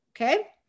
Okay